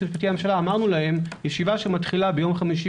המשפטי לממשלה אמרנו להם: ישיבה שמתחילה ביום חמישי